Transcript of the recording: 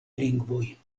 lingvoj